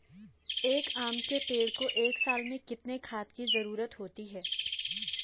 एक आम के पेड़ को एक साल में कितने खाद की जरूरत होती है?